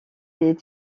des